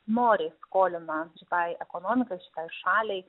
noriai skolina šitai ekonomikai šitai šaliai